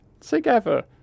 Together